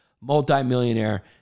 multi-millionaire